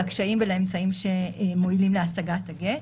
לקשיים ולאמצעים שמועילים להשגת הגט.